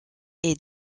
est